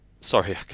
Sorry